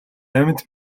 амьд